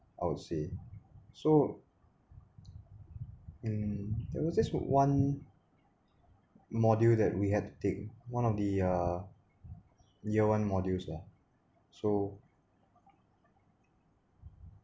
I would say so and there was this what one module that we have to take one of the uh year one modules ah so